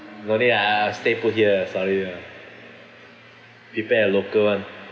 no need ah I I'll stay put here sorry ah prepare local [one]